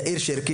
יאיר שרקי,